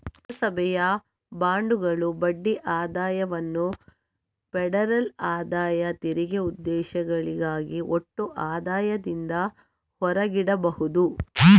ಪುರಸಭೆಯ ಬಾಂಡುಗಳ ಬಡ್ಡಿ ಆದಾಯವನ್ನು ಫೆಡರಲ್ ಆದಾಯ ತೆರಿಗೆ ಉದ್ದೇಶಗಳಿಗಾಗಿ ಒಟ್ಟು ಆದಾಯದಿಂದ ಹೊರಗಿಡಬಹುದು